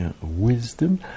wisdom